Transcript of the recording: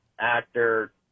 actor